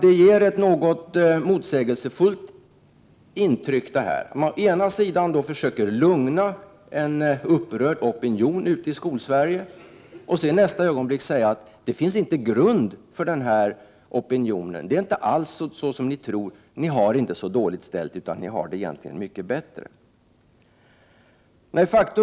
Det ger ett något motsägelsefullt intryck att å ena sidan försöka lugna en upprörd opinion ute i Skolsverige och å den andra säga att det inte finns grund för denna opinion, att det inte alls är så dåligt ställt i skolan, utan att man egentligen har det mycket bättre än vad man tror.